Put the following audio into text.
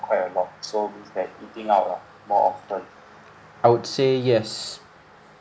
I would say yes